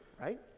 right